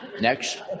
Next